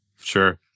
sure